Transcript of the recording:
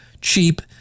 cheap